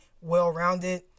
well-rounded